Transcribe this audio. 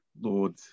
Lord